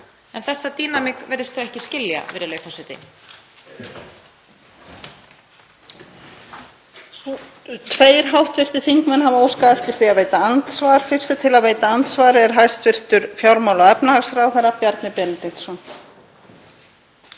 en þessa dýnamík virðast þau ekki skilja, virðulegi forseti.